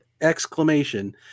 exclamation